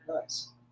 Nice